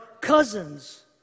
cousins